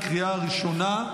בקריאה ראשונה.